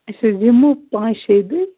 أسۍ حظ یِمو پانٛژِ شیٚیہِ دوٕے